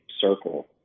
circle